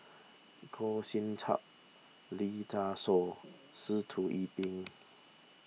Goh Sin Tub Lee Dai Soh Sitoh Yih Pin